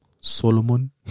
Solomon